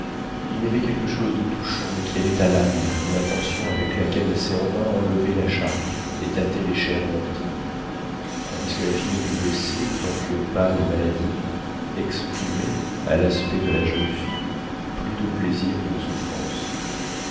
il y avait quelque chose de touchant et qui allait à l'âme dans l'attention avec laquelle servin enlevait la charpie et tâtait les chairs meurtries tandis que la figure du blessé quoique pâle et maladive exprimait à l'aspect de la jeune fille plus de plaisir que de souffrance